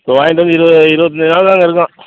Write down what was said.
இப்போ வாங்கிட்டு வந்து இருபது இருபத்தஞ்சி நாள் தாங்க இருக்கும்